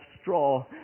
straw